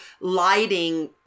lighting